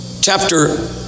chapter